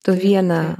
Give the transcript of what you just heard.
tu vieną